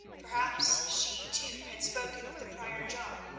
perhaps she, too, had spoken with the prior john,